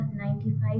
95%